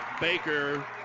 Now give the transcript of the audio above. Baker